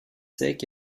secs